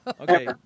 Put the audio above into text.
Okay